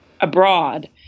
abroad